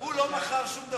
הוא לא מכר שום דבר,